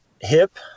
hip